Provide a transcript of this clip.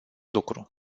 lucru